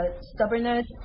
stubbornness